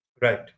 Right